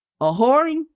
A-whoring